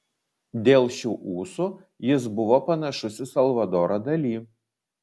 dėl šių ūsų jis buvo panašus į salvadorą dali